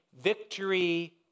victory